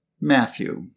Matthew